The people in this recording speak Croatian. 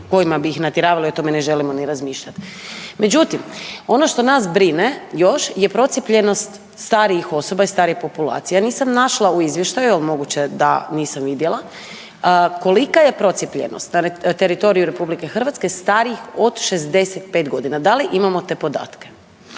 kojima bi ih natjeravali o tome ne želimo niti razmišljati. Međutim, ono što nas brine još je procijepljenost starijih osoba i starije populacije. Ja nisam našla u izvještaju, al moguće da nisam vidjela, kolika je procijepljenost na teritoriju RH starijih od 65.g., da li imamo te podatke?